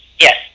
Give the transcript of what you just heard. Yes